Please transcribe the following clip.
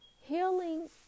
healing